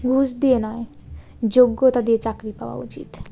ঘুষ দিয়ে নয় যোগ্যতা দিয়ে চাকরি পাওয়া উচিত